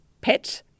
Pet